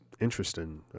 interesting